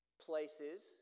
places